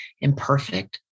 imperfect